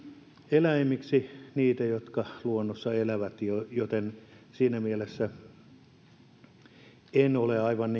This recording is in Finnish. eläimiksi niitä jotka luonnossa elävät joten siinä mielessä en ole aivan